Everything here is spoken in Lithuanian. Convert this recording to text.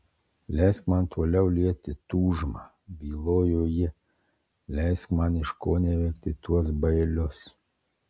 leisk man toliau lieti tūžmą bylojo ji leisk man iškoneveikti tuos bailius